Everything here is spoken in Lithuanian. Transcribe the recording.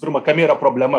pirma kame yra problema